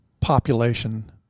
population